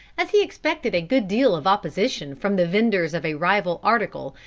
as he expected a good deal of opposition from the venders of a rival article,